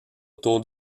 autour